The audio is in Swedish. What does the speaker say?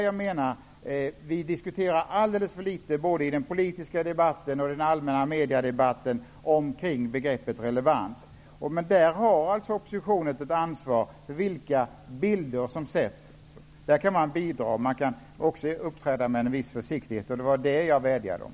Jag menar att vi både i den politiska debatten och i den allmänna mediadebatten alldeles för litet diskuterar begreppet relevans. Där har oppositionen ett ansvar för vilka bilder som skapas. Där kan man bidra, och man kan också uppträda med en viss försiktighet. Det var detta jag vädjade om.